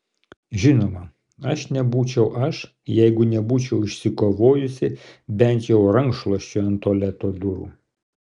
žinoma aš nebūčiau aš jeigu nebūčiau išsikovojusi bent jau rankšluosčio ant tualeto durų